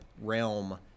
realm